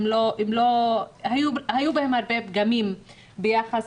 היו בהם הרבה פגמים ביחס